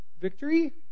victory